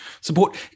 support